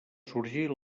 sorgir